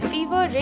Fever